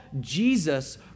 Jesus